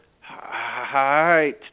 Hi